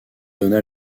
donna